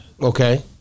Okay